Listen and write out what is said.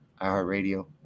iHeartRadio